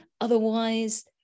otherwise